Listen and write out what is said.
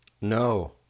No